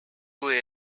were